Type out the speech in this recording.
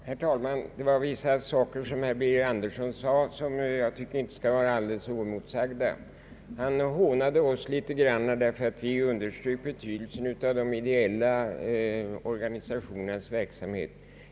Herr talman! Herr Birger Andersson gjorde i sitt anförande vissa uttalanden som enligt min mening inte bör stå alldeles oemotsagda. Han hånade oss litet grand för att vi underströk betydelsen av de ideella organisationernas verksamhet.